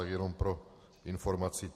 Tak jenom pro informaci.